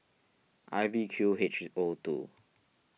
I V Q H O two